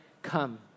Come